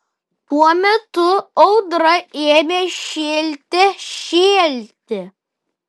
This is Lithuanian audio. tuo metu audra ėmė šėlte šėlti